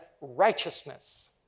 righteousness